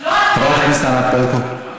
חברת הכנסת ברקו.